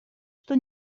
что